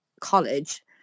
college